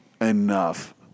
enough